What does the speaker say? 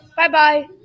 Bye-bye